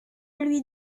lui